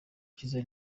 cyiza